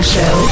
Show